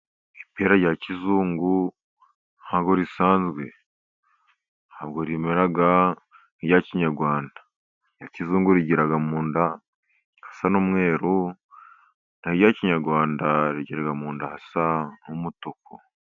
Ipera rya kizungu ntabwo risanzwe. Ntabwo rimera nk'irya kinyarwanda. Irya kizungu rigira mu nda hasa n'umweru na ho irya kinyarwanda rigira mu nda hasa n'umutuku.